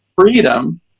freedom